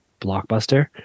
Blockbuster